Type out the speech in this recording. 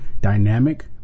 dynamic